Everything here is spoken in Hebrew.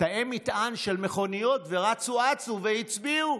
בתאי מטען של מכוניות ורצו-אצו והצביעו.